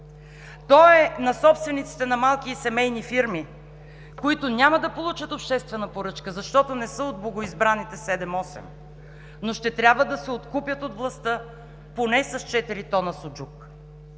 той е на собствениците на малки и семейни фирми, които няма да получат обществена поръчка, защото не са от богоизбраните седем-осем, но ще трябва да се откупят от властта поне с четири тона суджук.